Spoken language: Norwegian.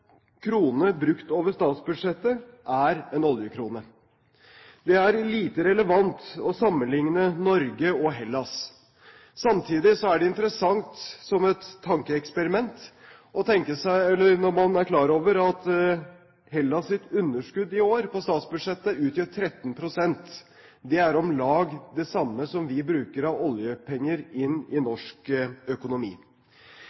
krone brukt over statsbudsjettet – er en oljekrone. Det er lite relevant å sammenligne Norge og Hellas. Samtidig er det interessant som et tankeeksperiment når man er klar over at Hellas' underskudd på statsbudsjettet i år utgjør 13 pst. Det er om lag det samme som vi bruker av oljepenger inn i